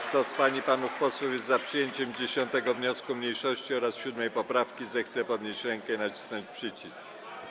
Kto z pań i panów posłów jest za przyjęciem 10. wniosku mniejszości oraz 7. poprawki, zechce podnieść rękę i nacisnąć przycisk.